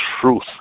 truth